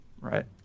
Right